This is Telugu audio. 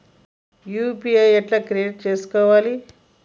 యూ.పీ.ఐ ఎట్లా క్రియేట్ చేసుకోవాలి?